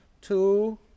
Two